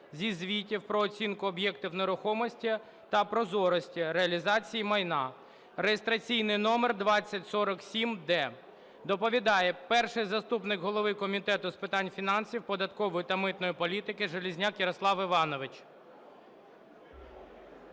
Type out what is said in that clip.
зі звітів про оцінку об'єктів нерухомості та прозорості реалізації майна (реєстраційний номер 2047-д). Доповідає перший заступник голови Комітету з питань фінансів, податкової та митної політики Железняк Ярослав Іванович.